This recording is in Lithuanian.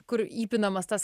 kur įpinamas tas